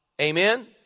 Amen